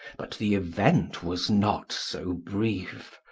but the event was not so brief,